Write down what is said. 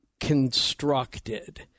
constructed